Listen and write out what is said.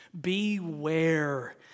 Beware